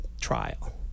trial